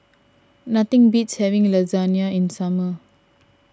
nothing beats having Lasagne in the summer